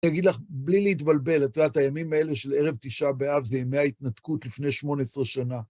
אני אגיד לך, בלי להתבלבל. את יודעת, הימים האלה של ערב תשעה באב זה ימי ההתנתקות לפני 18 שנה.